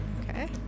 okay